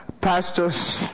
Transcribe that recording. Pastor's